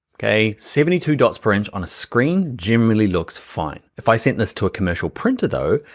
okay, seventy two dots per inch on a screen generally looks fine. if i sent this to a commercial printer, though,